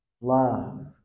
Love